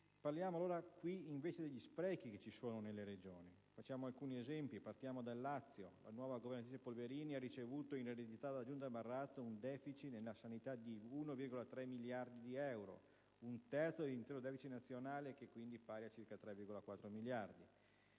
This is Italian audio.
Parliamo allora degli sprechi che ci sono stati nelle Regioni. Facciamo alcuni esempi, partendo dal Lazio. La nuova governatrice Polverini ha ricevuto in eredità dalla Giunta Marrazzo un *deficit* nella sanità di 1,3 miliardi di euro (un terzo dell'intero *deficit* nazionale, che è pari a 3,4 miliardi),